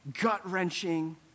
gut-wrenching